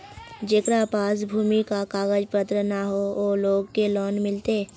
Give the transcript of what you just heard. जेकरा पास भूमि का कागज पत्र न है वो लोग के लोन मिलते?